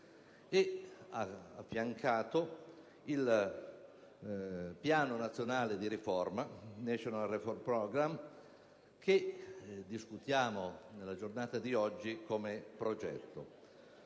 e, affiancato, il Piano nazionale di riforma *(National* *Reform Programme)*, che discutiamo nella giornata di oggi come progetto.